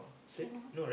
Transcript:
cannot